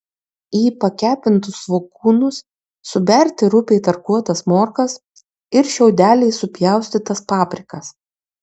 į pakepintus svogūnus suberti rupiai tarkuotas morkas ir šiaudeliais supjaustytas paprikas